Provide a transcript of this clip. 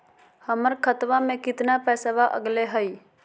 हमर खतवा में कितना पैसवा अगले हई?